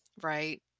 right